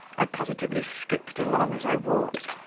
i positively skipped along as i walked,